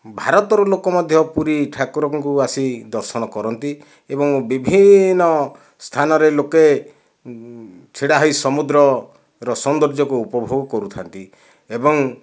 ଭାରତର ଲୋକ ମଧ୍ୟ ପୁରୀ ଠାକୁରଙ୍କୁ ଆସି ଦର୍ଶନ କରନ୍ତି ଏବଂ ବିଭିନ୍ନ ସ୍ଥାନରେ ଲୋକେ ଛିଡ଼ା ହୋଇ ସମୁଦ୍ରର ସୋନ୍ଦର୍ଯ୍ୟକୁ ଉପଭୋଗ କରୁଥାନ୍ତି ଏବଂ